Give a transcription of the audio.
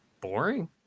boring